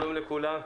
שלום לכולם.